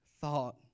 thought